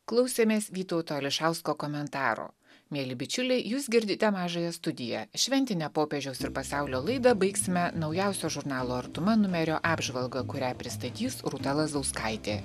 klausėmės vytauto ališausko komentaro mieli bičiuliai jūs girdite mažąją studiją šventine popiežiaus ir pasaulio laida baigsime naujausio žurnalo artuma numerio apžvalga kurią pristatys rūta lazauskaitė